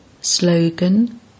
Slogan